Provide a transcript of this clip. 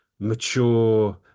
mature